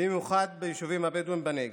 במיוחד ביישובים הבדואיים בנגב.